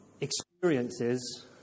experiences